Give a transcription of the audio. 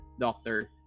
doctor